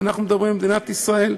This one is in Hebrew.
אנחנו מדברים על מדינת ישראל.